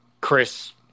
Chris